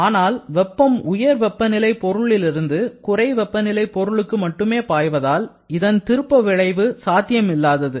ஆனால் வெப்பம் உயர் வெப்பநிலை பொருளிலிருந்து குறை வெப்பநிலை பொருளுக்கு மட்டுமே பாய்வதால் இதன் திருப்ப நிகழ்வு சாத்தியமில்லாதது